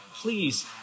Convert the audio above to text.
please